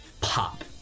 pop